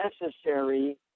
necessary